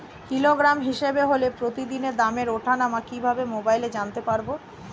Kilogram হিসাবে হলে প্রতিদিনের দামের ওঠানামা কিভাবে মোবাইলে জানতে পারবো?